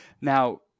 Now